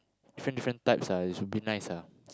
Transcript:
different different types ah it should be nice ah